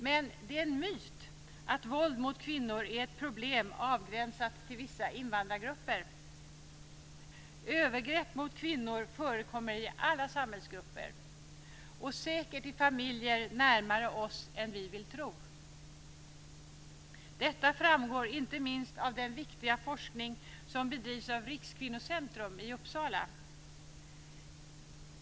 Men det är en myt att våld mot kvinnor är ett problem avgränsat till vissa invandrargrupper. Övergrepp mot kvinnor förekommer i alla samhällsgrupper och säkert i familjer närmare oss än vi vill tro. Detta framgår inte minst av den viktiga forskning som bedrivs av Rikskvinnocentrum i Uppsala.